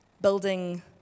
building